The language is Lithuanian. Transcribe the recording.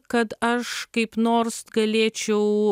kad aš kaip nors galėčiau